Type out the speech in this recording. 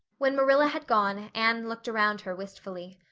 when marilla had gone anne looked around her wistfully.